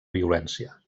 violència